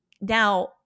Now